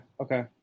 okay